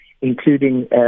including